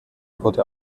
wurde